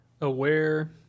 aware